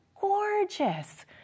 gorgeous